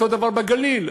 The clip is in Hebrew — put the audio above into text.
אותו דבר בגליל,